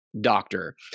Doctor